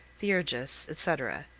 theurgists, etc.